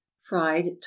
fried